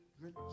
rich